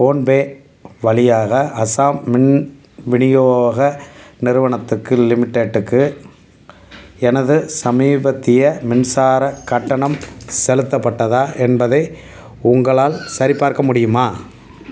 PhonePe வழியாக அஸ்ஸாம் மின் விநியோக நிறுவனத்துக்கு லிமிட்டெட்டுக்கு எனது சமீபத்திய மின்சாரக் கட்டணம் செலுத்தப்பட்டதா என்பதை உங்களால் சரிபார்க்க முடியுமா